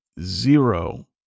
zero